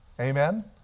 Amen